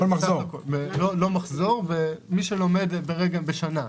הנדסאים, מי שלומד בשנה.